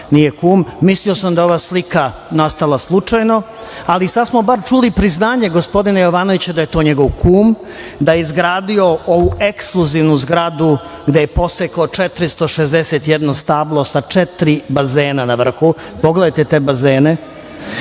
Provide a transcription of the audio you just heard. nije kum, mislio sam da je ova slika nastala slučajno, ali sad smo bar čuli priznanje gospodina Jovanovića da je to njegov kum, da je izgradio ovu ekskluzivnu zgradu gde je posekao 461 stablo sa četiri bazena na vrhu, pogledajte te bazene,